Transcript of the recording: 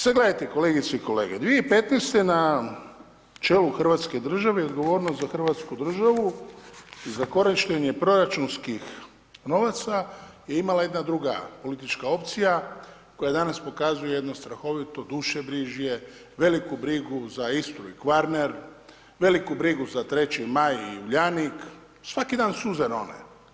Sad gledajte kolegice i kolege, 2015. na čelu hrvatske države i odgovornost za hrvatsku državu za korištenje proračunskih novaca imala je jedna druga politička opcija koja danas pokazuje jednu strahovito dušebrižje, veliku brigu za Istru i Kvarner, veliku brigu za 3. Maj i Uljanik, svaki dan suze rone.